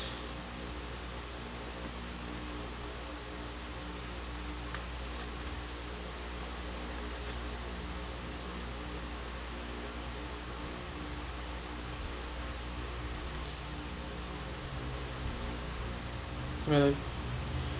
really